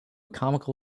comical